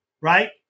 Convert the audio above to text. right